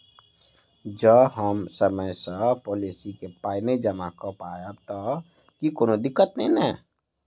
जँ हम समय सअ पोलिसी केँ पाई नै जमा कऽ पायब तऽ की कोनो दिक्कत नै नै?